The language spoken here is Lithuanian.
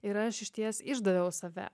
ir aš išties išdaviau save